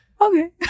okay